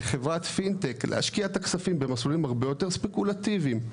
כחברת פינטק להשקיע את הכספים במסלולים הרב היותר ספקולטיביים,